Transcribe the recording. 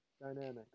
dynamics